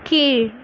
கீழ்